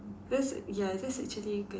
that's ya that's actually get